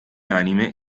anime